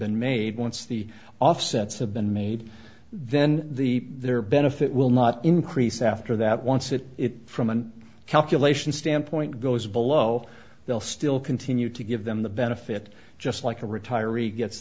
been made once the offsets have been made then the their benefit will not increase after that once it from a calculation standpoint goes below they'll still continue to give them the benefit just like a retiree gets